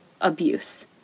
abuse